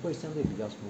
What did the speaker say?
会相对比较 smooth lah